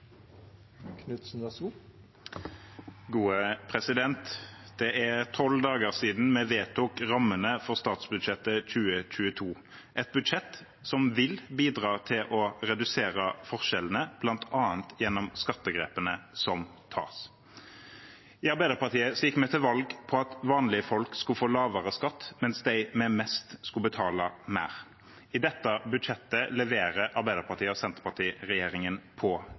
tolv dager siden vi vedtok rammene for statsbudsjettet 2022 – et budsjett som vil bidra til å redusere forskjellene bl.a. gjennom skattegrepene som tas. I Arbeiderpartiet gikk vi til valg på at vanlige folk skal få lavere skatt, mens de med mest skal betale mer. I dette budsjettet leverer